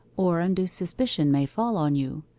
or undue suspicion may fall on you.